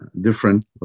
different